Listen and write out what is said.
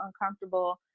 uncomfortable